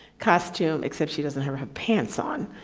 costume, except she doesn't have have pants on.